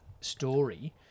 story